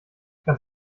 ganz